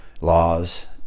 laws